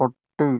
പട്ടി